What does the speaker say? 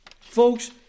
Folks